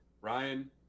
Ryan